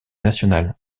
nationale